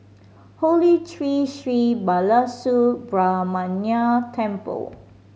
Holy Tree Sri Balasubramaniar Temple